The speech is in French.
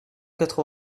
quatre